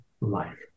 life